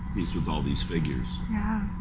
is with all these figures. yeah.